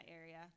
area